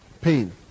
Pain